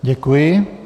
Děkuji.